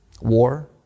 War